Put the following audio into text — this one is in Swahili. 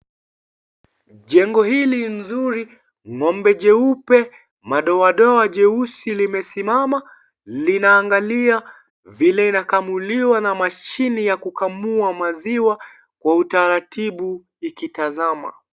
Jengo hili nzuri, ng'ombe jeupe, madoadoa jeusi; limesimama, linaangalia vile inakamuliwa na mashini ya kukamua maziwa kwa utaratibu, ikitazama.